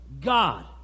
God